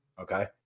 Okay